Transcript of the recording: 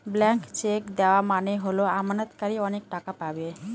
blank cheque দেওয়া মানে হল আমানতকারী অনেক টাকা পাবে